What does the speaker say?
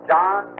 John